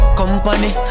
company